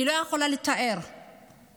אני לא יכולה לתאר את